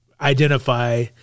identify